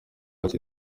ati